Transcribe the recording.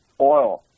oil